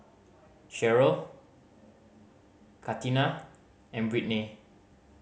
Cherryl Katina and Brittnay